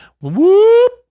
Whoop